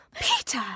Peter